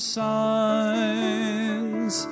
signs